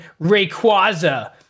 Rayquaza